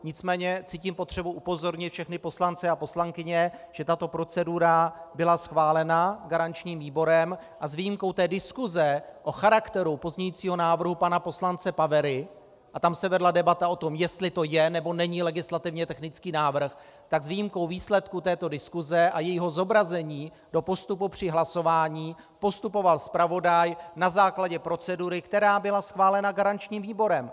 Nicméně cítím potřebu upozornit všechny poslance a poslankyně, že tato procedura byla schválena garančním výborem, a s výjimkou diskuse o charakteru pozměňovacího návrhu pana poslance Pavery, a tam se vedla debata o tom, jestli to je, nebo není legislativně technický návrh, tak s výjimkou výsledku této diskuse a jejího zobrazení do postupu při hlasování postupoval zpravodaj na základě procedury, která byla schválena garančním výborem.